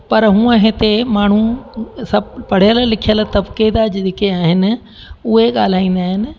पर हूअं हिते माण्हू सभु पढ़ियल लिखियल तबिक़े जा जेके आहिनि उहे ॻाल्हाईंदा आहिनि